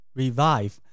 revive